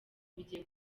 bigiye